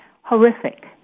horrific